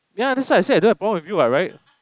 ya that's why I say I don't have problem with you what right